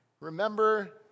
Remember